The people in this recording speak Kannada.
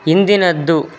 ಹಿಂದಿನದ್ದು